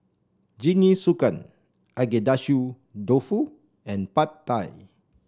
Jingisukan Agedashi Dofu and Pad Thai